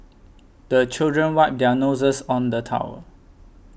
the children wipe their noses on the towel